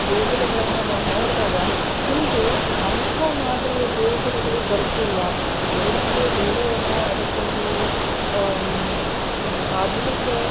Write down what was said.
ದೇಗುಲಗಳನ್ನು ನಾವು ನೋಡಿದಾಗ ಇಂದು ಅಂತಹ ಮಾದರಿಯ ದೇಗುಲಗಳು ಬರುತ್ತಿಲ್ಲ ಬದಲಿಗೆ ಬೇರೆ ಏನೋ ಅದಕ್ಕೊಂದು ಆಧುನಿಕ